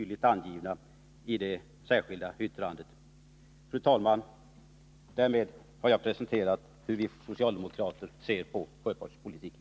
Därmed har jag kortfattat och summariskt presenterat hur vi socialdemokrater ser på sjöfartspolitiken.